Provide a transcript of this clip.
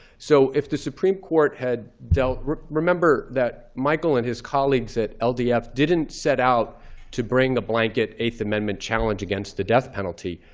so if the supreme court had dealt remember that michael and his colleagues at ldf didn't set out to bring a blanket eighth amendment challenge against the death penalty.